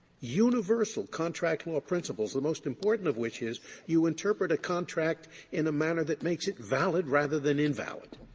universal contract law principles, the most important of which is you interpret a contract in a manner that makes it valid rather than invalid.